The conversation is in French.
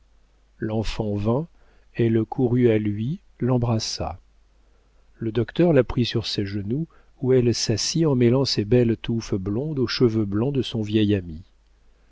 l'enfant vint elle courut à lui l'embrassa le docteur la prit sur ses genoux où elle s'assit en mêlant ses belles touffes blondes aux cheveux blancs de son vieil ami